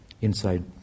inside